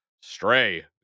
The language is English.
Stray